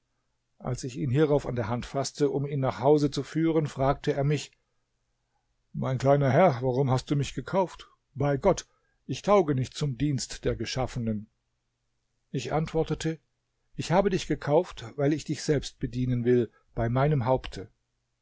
als ich ihn hierauf an der hand faßte um ihn nach hause zu führen fragte er mich mein kleiner herr warum hast du mich gekauft bei gott ich tauge nicht zum dienst der geschaffenen ich antwortete ich habe dich gekauft weil ich dich selbst bedienen will bei meinem haupte